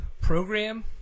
program